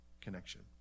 connection